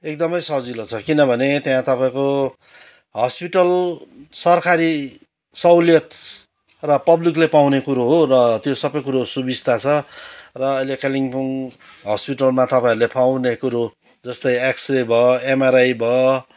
एकदमै सजिलो छ किनभने त्यहाँ तपाईँको हस्पिटल सरकारी सहुलियत र पब्लिकले पाउने कुरो हो र त्यो सबै कुरो सुविस्ता छ र अहिले कालिम्पोङ हस्पिटलमा तपाईँहरूले पाउने कुरो जस्तै एक्स रे भयो एमआरआई भयो